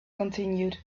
continued